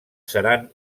seran